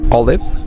olive